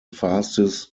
fastest